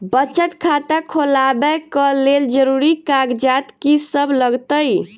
बचत खाता खोलाबै कऽ लेल जरूरी कागजात की सब लगतइ?